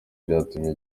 byatumye